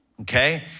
okay